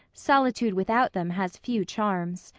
solitude without them has few charms.